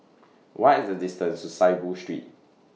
What IS The distance to Saiboo Street